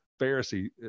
Pharisee